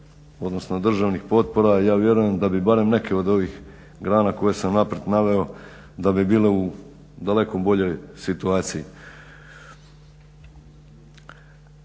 odnosno državnih potpora ja vjerujem da bi barem neke od ovih grana koje sam naprijed naveo da bi bile u daleko boljoj situaciji.